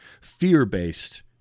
fear-based